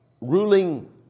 ruling